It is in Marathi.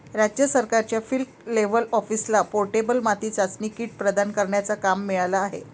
राज्य सरकारच्या फील्ड लेव्हल ऑफिसरला पोर्टेबल माती चाचणी किट प्रदान करण्याचा काम मिळाला आहे